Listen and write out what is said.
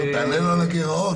תענה לו על הגירעון.